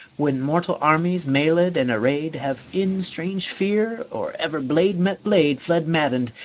when mortal armies, mailed and arrayed, have in strange fear, or ever blade met blade, fled maddened,